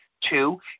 Two